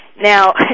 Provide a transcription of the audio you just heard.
Now